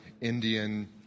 Indian